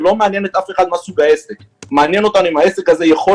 זה לא מעניין את אף אחד מה שהוא בעסק אלא מעניין אותנו אם העסק הזה יכול